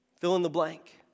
fill-in-the-blank